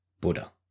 Buddha